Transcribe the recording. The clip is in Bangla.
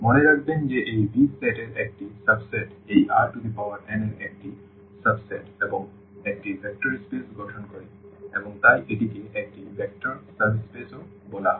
মনে রাখবেন যে এই V সেট এর একটি সাবসেট এই Rn এর একটি সাব সেট এবং একটি ভেক্টর স্পেস গঠন করে এবং তাই এটিকে একটি ভেক্টর সাব স্পেস ও বলা হয়